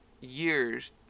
years